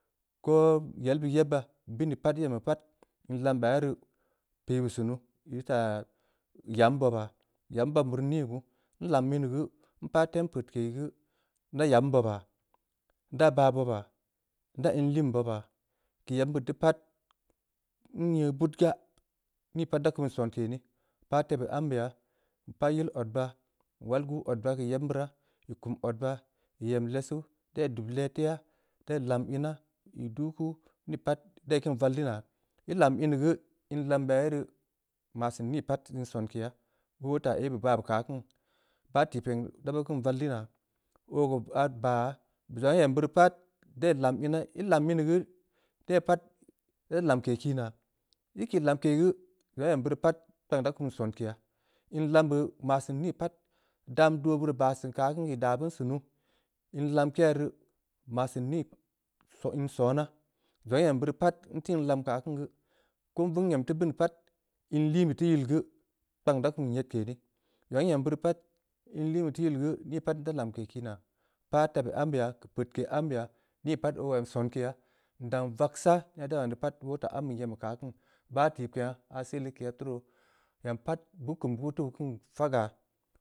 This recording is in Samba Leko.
Koo yel beud yebba. bini pat ii em yi pat, in lambe ya ye rii, pii beu sunu, ii teu taa yam boba, yam bobnbe rii ni guu? Nlam in ya geu, npah tem peudke ya geu, nda yam bobaa, ndaa baah bobaa. nda iliin bobaa, keu yebm beud dii pat, nyeu bud gaa. nii pat da kum sonke neh. npah tebeu ambe yaa, npah yil od baa, nwal guu odba keu yebm beuraa, ii kum odba, ii em lessu, dai dub le teyaa, dai lam ina. ii duu kuu, ni pat dai keun valli naa. ii lam in yi guu, in lambe ya ye rii. maa seun nii pat, in sonkeya, beu woo taa aibe baan beh keu aah kin, bah tikpeng da beun keun valli naa. oo ka aah baa yaa, beu zongha ii em beuri pat, dai lam inaa, ii lam ini geu, de pat ii daa lamke kii naa, ii kii lamke ya geu, zongha ii em beuri pat, kpank da kum sonkeya. in lambe maa seun nii pat, dam dooh beurii baa seun keu aah kiin, ii daa beun sunu, in almke ya rii, maa seun nii pa, in sona, zongha nem beuri pat, nteu in la keu aah kin geu, ko vug n’em teu bini pat, in liin be teu yil geu, kpang da kum nyedke nii, zongha n-em beuri pat, inliin be teu yil geu, man dey pat da lamke kii naa, npah tebeu ambe yaa, peudke ambeya, nii pat oo em sonkeya, ndang vagsaa, ina da yan dii pat, woo taa ambe nyem be keu aah kiin, bah tikpengha, aah seeh leg keu yeb taa roo, nyam pat beu kum ya geu, beu teu keun fagaa